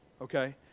okay